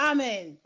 Amen